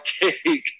cake